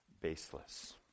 baseless